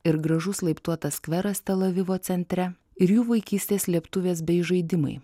ir gražus laiptuotas skveras tel avivo centre ir jų vaikystės slėptuvės bei žaidimai